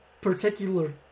particular